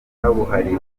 kabuhariwe